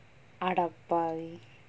அடப்பாவி:adappaavi